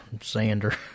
sander